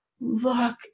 look